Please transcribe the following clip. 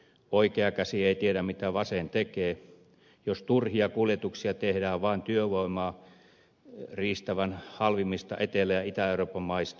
oikea käsi ei tiedä mitä vasen tekee jos turhia kuljetuksia tehdään työvoimaa riistävistä halvimmista etelä ja itä euroopan maista